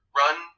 run